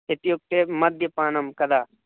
इत्युक्ते मद्यपानं कदा